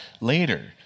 later